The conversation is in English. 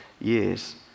years